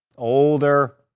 older.